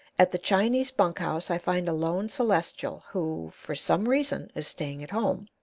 at the chinese bunk-house i find a lone celestial who, for some reason, is staying at home.